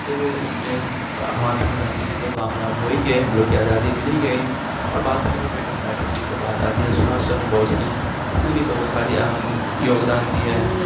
تو وہ اس نے مہاتما گاندھی جی تو کامیاب ہو ہی گئے ہم لوگ کی آزادی مل ہی گئی اور بات کریں فریڈم فائیٹر کی تو بات آتی ہے سبھاش چندر بوس کی اس نے بھی بہت ساری اہم یوگدان دیے ہیں